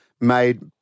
made